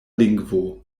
lingvo